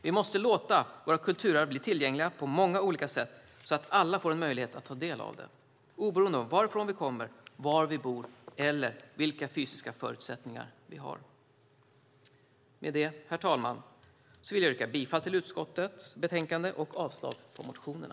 Vi måste låta våra kulturarv bli tillgängliga på många olika sätt så att alla får en möjlighet att ta del av dem oberoende av varifrån vi kommer, var vi bor eller vilka fysiska förutsättningar vi har. Herr talman! Med det vill jag yrka bifall till förslaget i utskottets betänkande och avslag på motionerna.